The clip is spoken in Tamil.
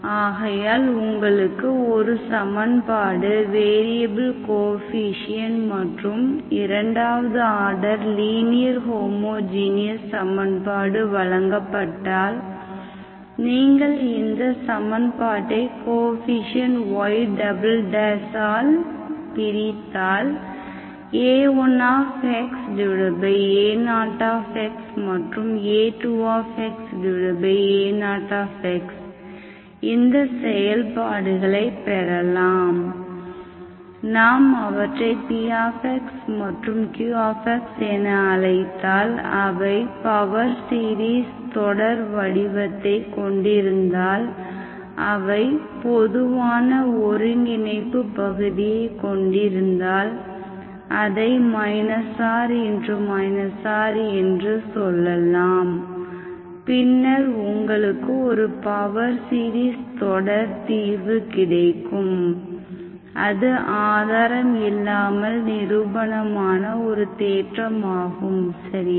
ஆகையால் உங்களுக்கு ஒரு சமன்பாடு வேரியபில் கோஎஃபீஷியேன்ட் மற்றும் இரண்டாவது ஆர்டர் லீனியர் ஹோமோஜீனியஸ் சமன்பாடு வழங்கப்பட்டால் நீங்கள் இந்த சமன்பாட்டை கோஎஃபீஷியேன்ட் y ஆல் பிரித்தால் a1xa0xமற்றும் a2xa0x இந்த செயல்பாடுகளை பெறலாம் நாம் அவற்றை px மற்றும் qxஎனஅழைத்தால் அவை பவர் சீரிஸ் தொடர் வடிவத்தை கொண்டிருந்தால் அவை பொதுவான ஒருங்கிணைப்புப் பகுதியைக் கொண்டிருந்தால் அதை r r என்று சொல்வோம் பின்னர் உங்களுக்கு ஒரு பவர் சீரிஸ் தொடர் தீர்வு கிடைக்கும் அது ஆதாரம் இல்லாமல் நிரூபணமான ஒரு தேற்றம் ஆகும் சரியா